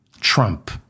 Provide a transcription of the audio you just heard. Trump